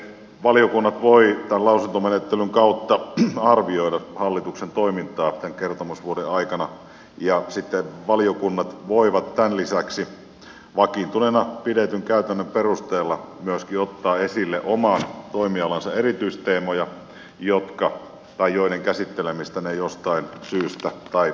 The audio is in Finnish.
ne valiokunnat voivat tämän lausuntomenettelyn kautta arvioida hallituksen toimintaa tämän kertomusvuoden aikana ja sitten valiokunnat voivat tämän lisäksi vakiintuneena pidetyn käytännön perusteella myöskin ottaa esille oman toimialansa erityisteemoja joiden käsittelemistä ne jostain syystä tai